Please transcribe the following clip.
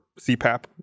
CPAP